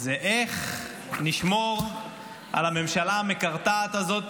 זה איך נשמור על הממשלה המקרטעת הזאת